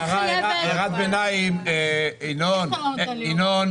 את פרויקט טכוגרף דיגיטלי בחרנו כפרויקט דגל השנה.